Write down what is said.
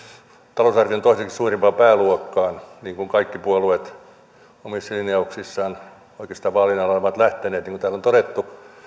talousarvion toiseksi suurimpaan pääluokkaan ja kaikki puolueet oikeastaan omissa linjauksissaan vaalien alla ovat tästä lähteneet niin kuin täällä on todettu